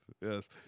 yes